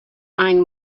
mind